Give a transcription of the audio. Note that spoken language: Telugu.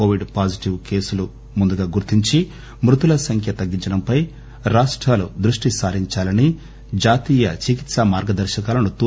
కోవిడ్ పాజిటీవ్ కేసులను ముందుగా గుర్తించి మృతుల సంఖ్య తగ్గించడంపై దృష్టి సారించాలని జాతీయ చికిత్సా మార్గదర్శకాలను తూ